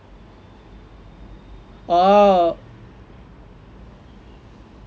orh